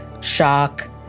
shock